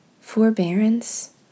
forbearance